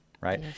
right